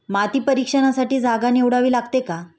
माती परीक्षणासाठी जागा निवडावी लागते का?